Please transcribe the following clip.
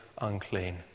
unclean